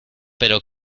pero